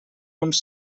uns